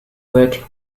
worked